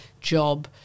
job